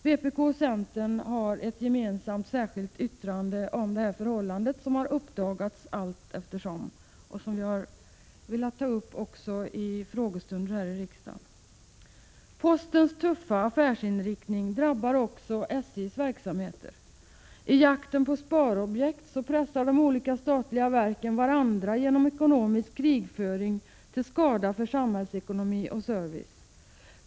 Vpk och centern har ett gemensamt särskilt yttrande om detta förhållande, som har uppdagats allteftersom och som jag har tagit upp också i frågor här i riksdagen. Postens tuffa affärsinriktning drabbar också SJ:s verksamheter. I jakten på sparobjekt pressar de olika statliga verken varandra genom ekonomisk krigföring till skada för samhällsekonomi och service.